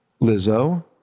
Lizzo